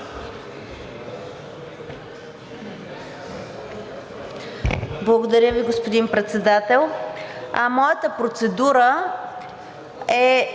Благодаря Ви, господин Председател. Моята процедура е